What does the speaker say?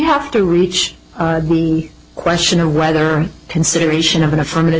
have to reach the question of whether consideration of an affirmative